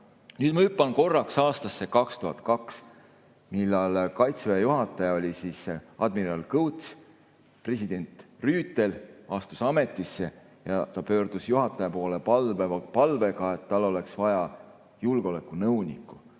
Nüüd ma hüppan korraks aastasse 2002, kui Kaitseväe juhataja oli admiral Kõuts. President Rüütel astus ametisse ja ta pöördus juhataja poole palvega, et tal oleks vaja julgeolekunõunikku.